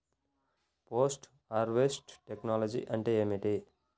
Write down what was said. Post harvest technology అంటే ఏమిటి?